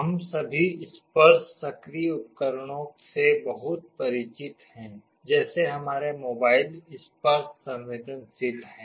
हम सभी स्पर्श सक्रिय उपकरणों से बहुत परिचित हैं जैसे हमारे मोबाइल स्पर्श संवेदनशील हैं